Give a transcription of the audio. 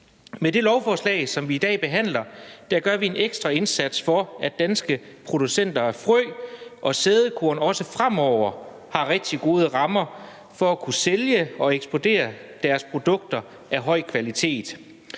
Med det lovforslag, som vi i dag behandler, gør vi en ekstra indsats for, at danske producenter af frø og sædekorn også fremover har rigtig gode rammer for at kunne sælge og eksportere deres produkter af høj kvalitet.